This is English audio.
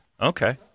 Okay